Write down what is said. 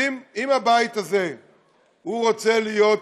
אם הבית הזה רוצה להיות